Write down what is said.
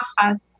bajas